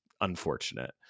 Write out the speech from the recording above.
unfortunate